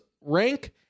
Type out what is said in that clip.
rank